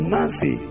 Nancy